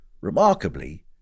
Remarkably